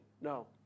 no